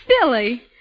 Billy